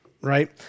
right